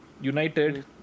United